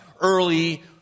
early